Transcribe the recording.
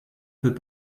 peux